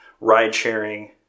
ride-sharing